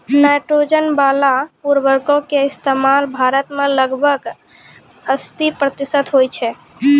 nitrogen बाला उर्वरको के इस्तेमाल भारत मे लगभग अस्सी प्रतिशत होय छै